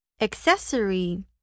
Accessory